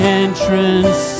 entrance